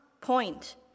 point